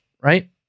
right